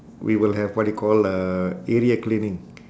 we will have what you call a area cleaning